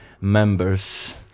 members